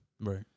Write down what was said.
right